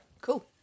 Cool